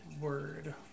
word